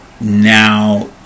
Now